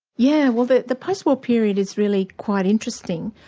yeah well the the post-war period is really quite interesting.